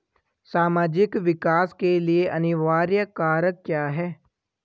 सामाजिक विकास के लिए अनिवार्य कारक क्या है?